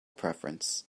preference